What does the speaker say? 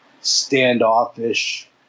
standoffish